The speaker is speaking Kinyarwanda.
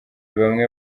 bamwe